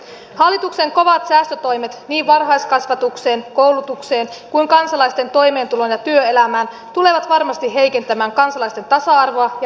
hallituksen kovat säästötoimet niin varhaiskasvatukseen koulutukseen kuin kansalaisten toimeentuloon ja työelämään tulevat varmasti heikentämään kansalaisten tasa arvoa ja lisäämään eriarvoisuutta